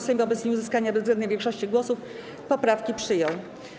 Sejm wobec nieuzyskania bezwzględnej większości głosów poprawki przyjął.